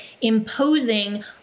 imposing